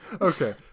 okay